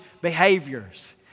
behaviors